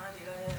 אני לא אצליח,